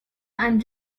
and